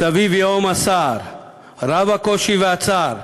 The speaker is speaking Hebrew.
""מסביב ייהום הסער,/ רב הקושי והצער,